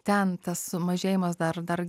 ten tas sumažėjimas dar dar